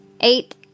Eight